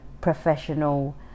professional